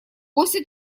после